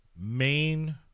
main